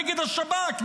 נגד השב"כ,